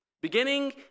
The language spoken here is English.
beginning